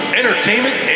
entertainment